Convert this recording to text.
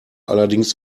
allerdings